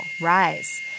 rise